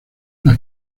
las